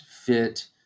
fit